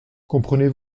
comprenez